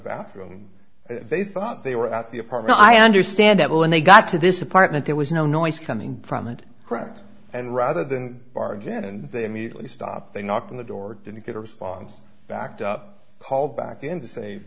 bathroom they thought they were at the apartment i understand that when they got to this apartment there was no noise coming from it cracked and rather than barge in and they immediately stopped they knocked on the door didn't get a response backed up paul back in to say